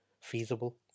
feasible